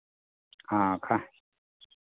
हँ खा